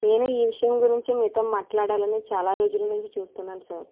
నేను ఈ విషయం గురించి మీతో మాట్లాడాలని చాలా రోజుల నుంచి చూస్తున్నాను సార్